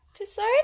episode